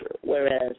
whereas